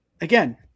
again